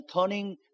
turning